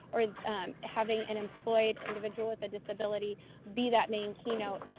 or having an employed individual with a disability be that main keynote,